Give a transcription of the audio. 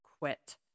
quit